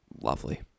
Lovely